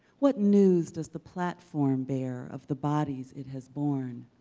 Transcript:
what news does the platform bear of the bodies it has borne,